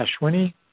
Ashwini